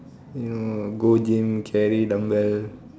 you know go gym carry dumbbell